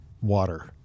water